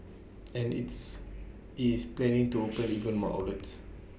and its IT is planning to open even more outlets